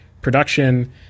production